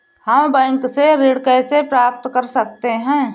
हम बैंक से ऋण कैसे प्राप्त कर सकते हैं?